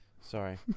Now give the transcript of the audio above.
Sorry